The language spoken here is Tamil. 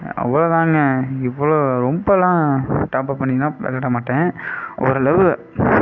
அவ்ளோதாங்க இவ்வளோ ரொம்பலாம் டாப்அப் பண்ணிலாம் விளாடமாட்டேன் ஓரளவு